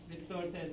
resources